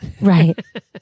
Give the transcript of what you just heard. Right